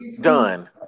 done